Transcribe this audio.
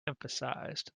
emphasized